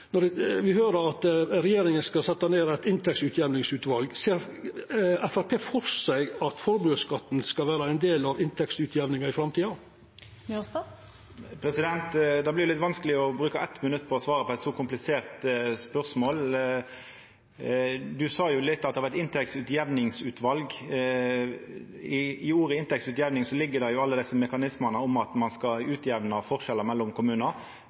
når me no høyrer at regjeringa skal setja ned eit inntektsutjamningsutval? Ser Framstegspartiet for seg at formuesskatten skal vera ein del av inntektsutjamninga i framtida? Det blir litt vanskeleg å bruka eitt minutt på å svara på eit så komplisert spørsmål. Representanten sa at det var eit inntektsutjamningsutval. I ordet «inntektsutjamning» ligg alle desse mekanismane om at ein skal utjamna forskjellar mellom kommunar.